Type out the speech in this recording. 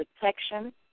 protection